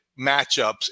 matchups